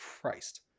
Christ